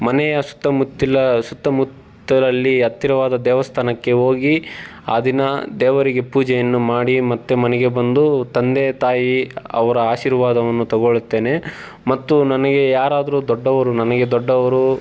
ಮನೆಯ ಸುತ್ತಮುತ್ತಲ ಸುತ್ತಮುತ್ತಲಲ್ಲಿ ಹತ್ತಿರವಾದ ದೇವಸ್ಥಾನಕ್ಕೆ ಹೋಗಿ ಆ ದಿನ ದೇವರಿಗೆ ಪೂಜೆಯನ್ನು ಮಾಡಿ ಮತ್ತೆ ಮನೆಗೆ ಬಂದು ತಂದೆ ತಾಯಿ ಅವರ ಆಶೀರ್ವಾದವನ್ನು ತೊಗೊಳ್ಳುತ್ತೇನೆ ಮತ್ತು ನನಗೆ ಯಾರಾದ್ರೂ ದೊಡ್ಡವರು ನನಗೆ ದೊಡ್ಡವರು